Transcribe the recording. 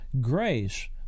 Grace